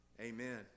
Amen